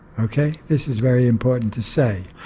ok? this is very important to say.